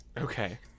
Okay